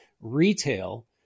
retail